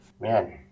Man